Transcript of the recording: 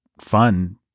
fun